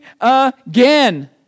again